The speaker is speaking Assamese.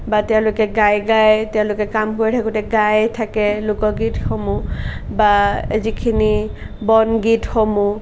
বা তেওঁলোকে গাই গাই তেওঁলোকে কাম কৰি থাকোঁতে গাই থাকে লোকগীতসমূহ বা যিখিনি বনগীতসমূহ